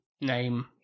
name